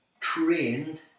trained